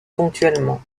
ponctuellement